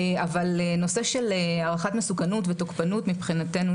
אבל נושא של הערכת מסוכנות ותוקפנות מבחינתנו